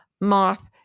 moth